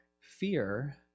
fear